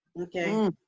Okay